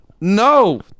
no